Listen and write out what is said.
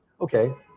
okay